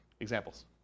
Examples